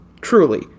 truly